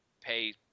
pay